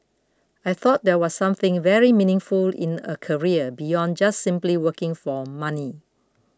I thought that was something very meaningful in a career beyond just simply working for money